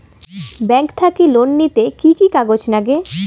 Bank থাকি loan নিতে কি কি কাগজ নাগে?